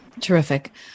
Terrific